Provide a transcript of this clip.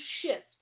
shift